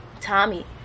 Tommy